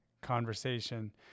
conversation